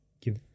give